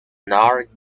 north